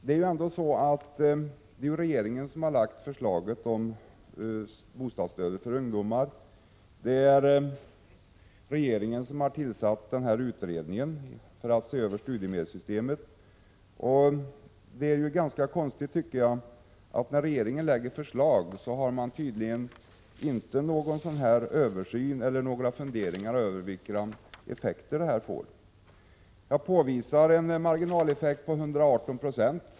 Men det är regeringen som har lagt fram förslaget om bostadsstöd till ungdomar, och det är regeringen som har tillsatt utredningen för att se över studiemedelssystemet. Och det är ganska konstigt att när regeringen lägger fram förslag, då har man tydligen inte några funderingar över vilka effekter som förslaget får. Jag påvisar marginaleffekter på 118 Zo.